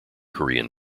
korean